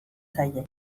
zaie